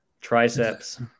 Triceps